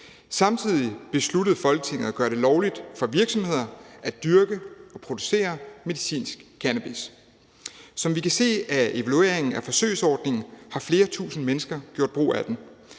Samtidig besluttede Folketinget at gøre det lovligt for virksomheder at dyrke og producere medicinsk cannabis. Som vi kan se af evalueringen og forsøgsordningen, har flere tusinde mennesker gjort brug af den.